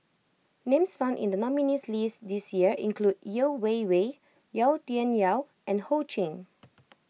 names found in the nominees list this year include Yeo Wei Wei Yau Tian Yau and Ho Ching